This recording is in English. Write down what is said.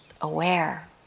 aware